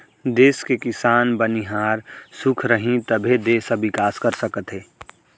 देस के किसान, बनिहार खुस रहीं तभे देस ह बिकास कर सकत हे